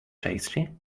tasty